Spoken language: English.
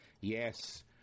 yes